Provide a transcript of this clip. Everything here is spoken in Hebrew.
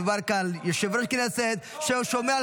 מדובר כאן על יושב-ראש כנסת ששומר על